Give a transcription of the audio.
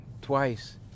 Twice